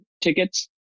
tickets